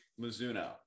Mizuno